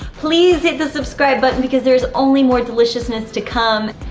please hit the subscribe button because there is only more deliciousness to come.